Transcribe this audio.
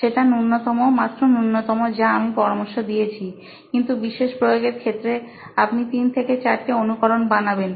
সেটা নূন্যতম মাত্র নূন্যতম যা আমি পরামর্শ দিয়েছি কিন্তু বিশেষ প্রয়োগের ক্ষেত্রে আপনি তিন থেকে চারটে অনুকরণ বানাবেন